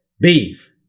Beef